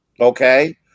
Okay